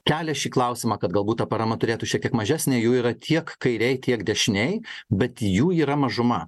kelia šį klausimą kad galbūt ta parama turėtų šiek tiek mažesnė jų yra tiek kairėj tiek dešinėj bet jų yra mažuma